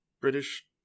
british